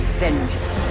vengeance